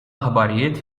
aħbarijiet